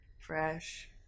fresh